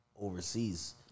overseas